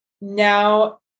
Now